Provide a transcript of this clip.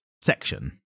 section